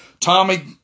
Tommy